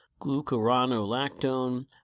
glucuronolactone